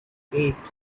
eight